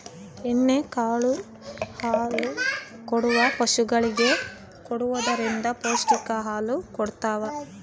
ಎಣ್ಣೆ ಕಾಳು ಹಾಲುಕೊಡುವ ಪಶುಗಳಿಗೆ ಕೊಡುವುದರಿಂದ ಪೌಷ್ಟಿಕ ಹಾಲು ಕೊಡತಾವ